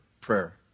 prayer